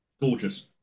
Gorgeous